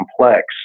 complex